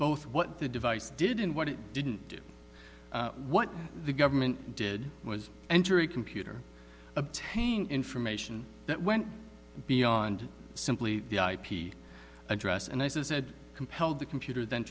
both what the device did and what it didn't do what the government did was enter a computer obtaining information that went beyond simply the ip address and i said compelled the computer then